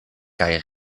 kaj